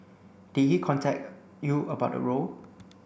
did he contact you about the role